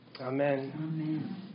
Amen